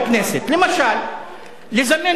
למשל לזמן את השופט,